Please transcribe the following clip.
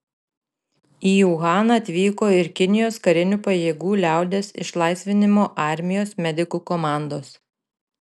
į uhaną atvyko ir kinijos karinių pajėgų liaudies išlaisvinimo armijos medikų komandos